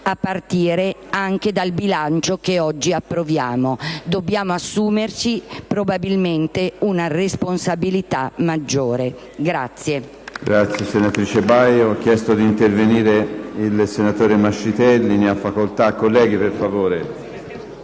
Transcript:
a partire anche dal bilancio che oggi approviamo. Dobbiamo assumerci probabilmente una responsabilità maggiore.